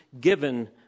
given